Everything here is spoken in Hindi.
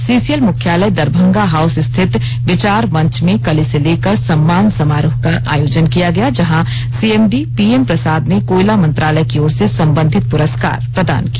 सीसीएल मुख्यालय दरभंगा हाउस स्थित विचार मंच में कल इसे लेकर सम्मान समारोह का आयोजन किया गया जहां सीएमडी पीएम प्रसाद ने कोयला मंत्रालय की ओर से संबंधित पुरस्कार प्रदान किया